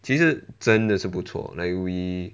其实真的是不错 like we